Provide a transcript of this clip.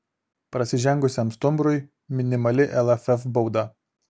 prasižengusiam stumbrui minimali lff bauda